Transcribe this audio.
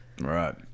Right